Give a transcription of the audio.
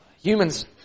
humans